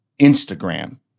Instagram